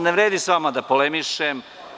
Ne vredi sa vama da polemišem.